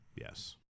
Yes